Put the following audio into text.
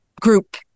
group